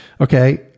Okay